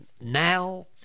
now